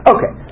Okay